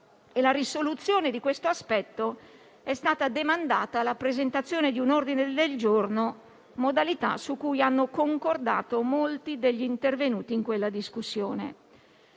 La risoluzione di questo aspetto è stata demandata alla presentazione di un ordine del giorno: una modalità su cui hanno concordato molti degli intervenuti in quella discussione.